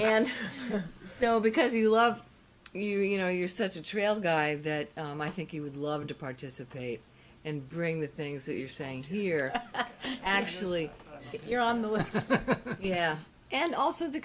and so because you love you you know you're such a trail guy that i think you would love to participate and bring the things that you're saying here actually if you're on the list yeah and also the